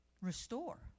restore